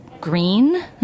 green